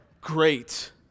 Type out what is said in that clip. great